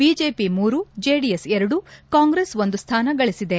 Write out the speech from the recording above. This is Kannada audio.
ಬಿಜೆಪಿ ಮೂರು ಜೆಡಿಎಸ್ ಎರಡು ಕಾಂಗ್ರೆಸ್ ಒಂದು ಸ್ಟಾನ ಗಳಿಸಿದೆ